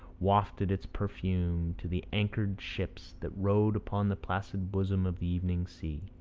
wafted its perfume to the anchored ships that rode upon the placid bosom of the evening sea.